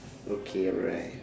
okay alright